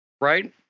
right